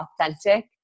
authentic